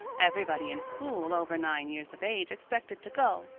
everybody in school over nine years of age expected to go,